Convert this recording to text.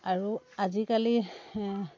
আৰু আজিকালি